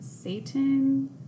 Satan